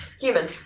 human